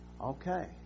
Okay